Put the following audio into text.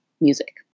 music